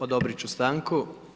Odobrit ću stanku.